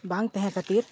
ᱵᱟᱝ ᱛᱟᱦᱮᱸ ᱠᱷᱟᱹᱛᱤᱨ